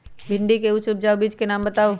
भिंडी के उच्च उपजाऊ बीज के नाम बताऊ?